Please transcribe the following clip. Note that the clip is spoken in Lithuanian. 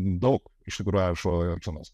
daug iš tikrųjų rašo erčenas